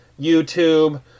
YouTube